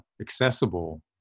accessible